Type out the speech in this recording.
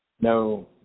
No